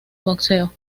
boxeo